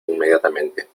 inmediatamente